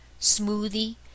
smoothie